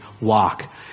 walk